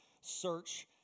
search